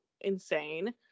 insane